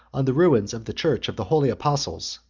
on the ruins of the church of the holy apostles,